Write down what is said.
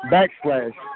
Backslash